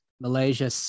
Malaysia